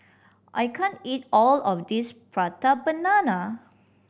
I can't eat all of this Prata Banana